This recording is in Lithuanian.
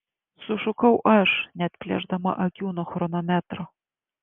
sušukau aš neatplėšdama akių nuo chronometro